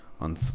on